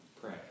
pray